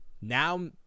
Now